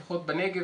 לפחות בנגב,